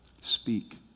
speak